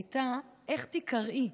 הייתה איך תיקראי,